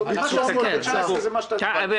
חבל